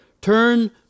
turn